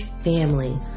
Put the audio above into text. family